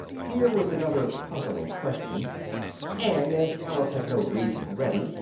here was another puzzling question and as alice had no reason ready,